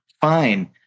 fine